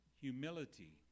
humility